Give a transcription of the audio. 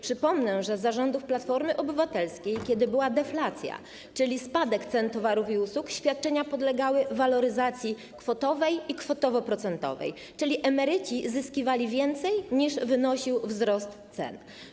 Przypomnę, że za rządów Platformy Obywatelskiej, kiedy była deflacja, czyli spadek cen towarów i usług, świadczenia podlegały waloryzacji kwotowej i kwotowo-procentowej, czyli emeryci zyskiwali więcej, niż wynosił wzrost cen.